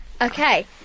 Okay